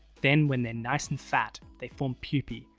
then, when they're nice and fat they form pupae,